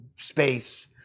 space